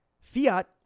Fiat